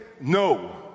no